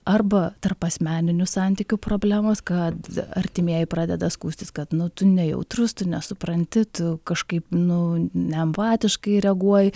arba tarpasmeninių santykių problemos kad artimieji pradeda skųstis kad nu tu nejautrus tu nesupranti tu kažkaip nu ne empatiškai reaguoji